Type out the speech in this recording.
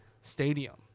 stadium